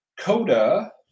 coda